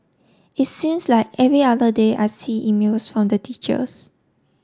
it seems like every other day I see emails from the teachers